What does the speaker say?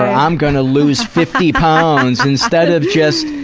i'm going to lose fifty pounds, instead of just,